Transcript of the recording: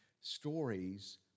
stories